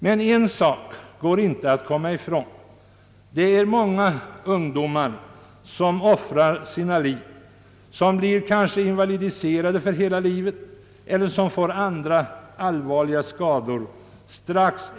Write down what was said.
Man kan emellertid inte komma ifrån det förhållandet att många ungdomar strax efter att de fått körkort får offra sina liv, blir invalidiserade för all framtid eller får andra allvarliga skador.